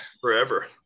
forever